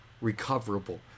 recoverable